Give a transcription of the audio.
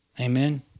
Amen